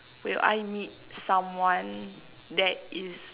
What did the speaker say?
will I meet someone that is